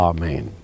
Amen